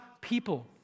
people